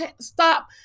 stop